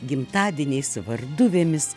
gimtadieniais varduvėmis